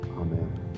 Amen